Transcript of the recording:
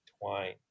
twine